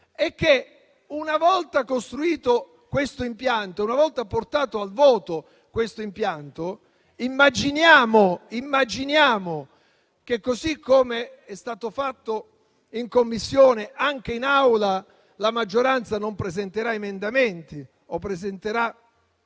Una volta poi costruito questo impianto e portato al voto, immaginiamo che - così com'è stato fatto in Commissione - anche in Aula la maggioranza non presenterà emendamenti o presenterà